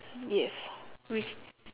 yes which